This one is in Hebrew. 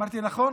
אמרתי נכון?